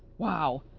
wow!